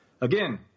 again